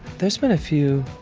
there's been a few.